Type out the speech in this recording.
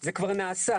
זה כבר נעשה.